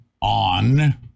on